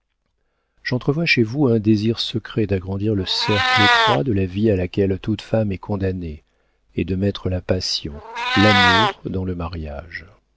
j'entrevois chez vous un désir secret d'agrandir le cercle étroit de la vie à laquelle toute femme est condamnée et de mettre la passion l'amour dans le mariage